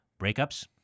Breakups